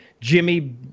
Jimmy